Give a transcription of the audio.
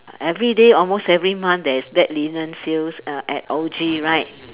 everyday almost every month there is bed linen sales uh at O_G right